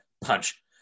punch